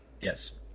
Yes